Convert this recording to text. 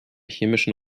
chemischen